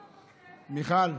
מיכל,